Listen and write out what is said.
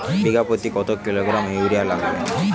বিঘাপ্রতি কত kilogram urea লাগবে?